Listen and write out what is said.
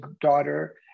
daughter